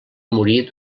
morir